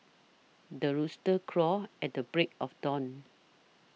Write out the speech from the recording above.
the rooster crows at the break of dawn